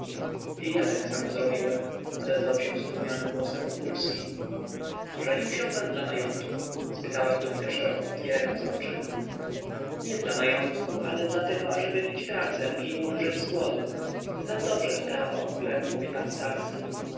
ja tak samo zrobiłem odezwał się stłumionym głosem wokulski ożenił się pan dla majątku spytała wdówka szeroko otwierając oczy nie dla majątku ale dlatego ażeby mieć pracę i nie umrzeć z głodu znam dobrze to prawo o którem mówi pan starski